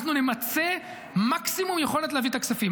אנחנו נמצה מקסימום יכולת להביא את הכספים.